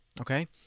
okay